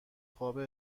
خوابه